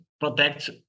protect